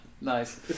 Nice